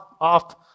off